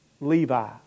Levi